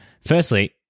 Firstly